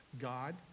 God